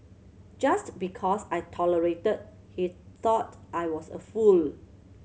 just because I tolerated he thought I was a fool